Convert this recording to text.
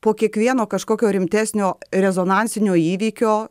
po kiekvieno kažkokio rimtesnio rezonansinio įvykio